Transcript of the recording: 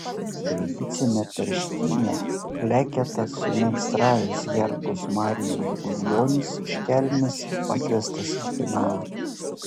tradicinę tarškynę kleketą sumeistravęs herkus marijus gudjonis iš kelmės pakviestas į finalą